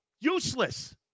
Useless